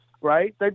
Right